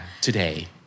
today